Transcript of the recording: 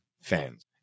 fans